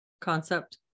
concept